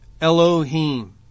Elohim